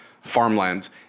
farmlands